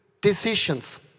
decisions